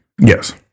yes